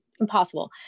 impossible